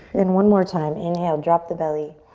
and one more time, inhale, drop the belly.